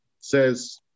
says